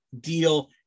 deal